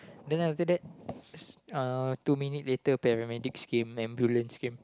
then after that uh two minute later paramedics came ambulance came